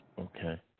Okay